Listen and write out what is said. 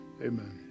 Amen